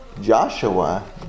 Joshua